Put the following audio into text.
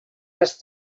les